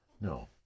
No